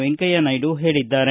ವೆಂಕಯ್ಯ ನಾಯ್ಡು ಹೇಳಿದ್ದಾರೆ